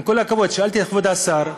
מקל, סליחה,